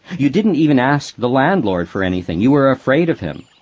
you didn't even ask the landlord for anything, you were afraid of him.